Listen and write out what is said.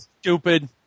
Stupid